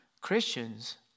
Christians